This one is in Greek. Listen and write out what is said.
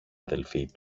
αδελφή